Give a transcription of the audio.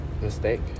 mistake